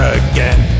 again